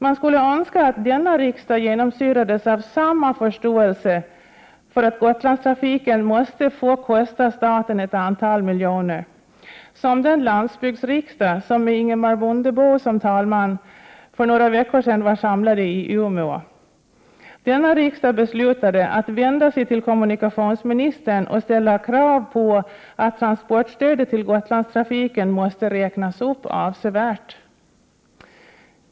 Man skulle önska att denna riksdag genomsyrades av samma förståelse för att Gotlandstrafiken måste få kosta staten ett antal miljoner som visades vid den landsbygdsriksdag med Ingemar Mundebo som talman som för några veckor sedan samlades i Umeå. Nämnda riksdag beslutade att vända sig till kommunikationsministern för att hos honom ställa krav på att transportstödet till Gotlandstrafiken skall räknas upp avsevärt.